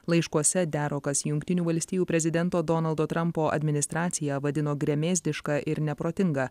laiškuose derokas jungtinių valstijų prezidento donaldo trampo administraciją vadino gremėzdiška ir neprotinga